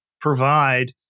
provide